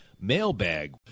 Mailbag